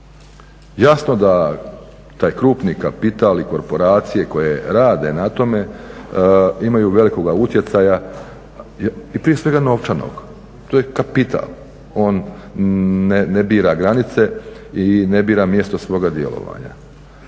Jasno da taj krupni kapital i korporacije koje rade na tome imaju velikoga utjecaja i prije svega novčanog, to je kapital, on ne bira granice i ne bira mjesto svoga djelovanja.